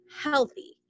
healthy